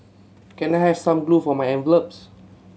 can I have some glue for my envelopes